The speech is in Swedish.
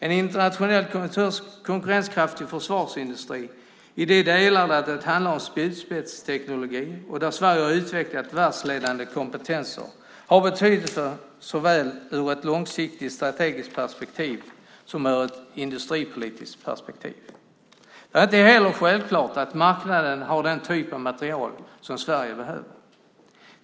En internationellt konkurrenskraftig försvarsindustri i de delar där det handlar om spjutspetsteknologi, och där Sverige har utvecklat världsledande kompetenser, har betydelse såväl ur ett långsiktigt strategiskt perspektiv som ur ett industripolitiskt perspektiv. Det är inte självklart att marknaden har den typ av materiel som Sverige behöver.